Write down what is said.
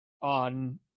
on